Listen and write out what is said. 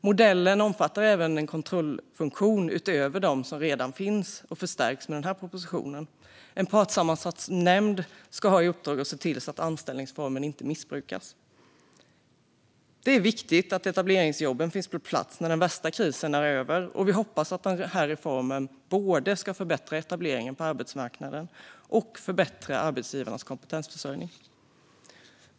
Modellen omfattar även en kontrollfunktion utöver de som redan finns och förstärks med denna proposition. En partsammansatt nämnd ska ha i uppdrag att se till att anställningsformen inte missbrukas. Det är viktigt att etableringsjobben finns på plats när den värsta krisen är över, och vi hoppas att den här reformen ska förbättra både etableringen på arbetsmarknaden och arbetsgivarnas kompetensförsörjning.